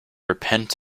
repent